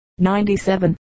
97